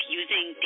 using